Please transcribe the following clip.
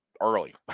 Early